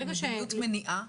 מדיניות מניעה?